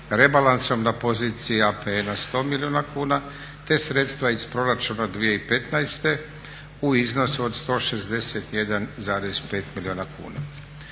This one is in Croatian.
rebalansom na poziciji APN-a 100 milijuna kuna, te sredstva iz proračuna 2015. u iznosu od 161,5 milijuna kuna.